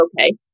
okay